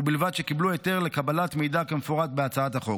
ובלבד שקיבלו היתר לקבלת מידע כמפורט בהצעת החוק.